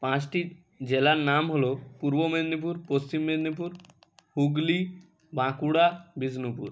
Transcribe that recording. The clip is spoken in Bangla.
পাঁচটি জেলার নাম হল পূর্ব মেদিনীপুর পশ্চিম মেদিনীপুর হুগলি বাঁকুড়া বিষ্ণুপুর